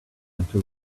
until